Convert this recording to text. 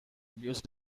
abuse